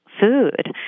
food